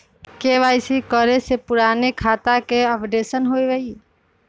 KYC करें से पुराने खाता के अपडेशन होवेई?